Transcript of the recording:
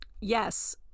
yes